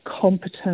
competent